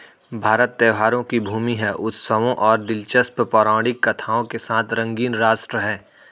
भारत त्योहारों की भूमि है, उत्सवों और दिलचस्प पौराणिक कथाओं के साथ रंगीन राष्ट्र है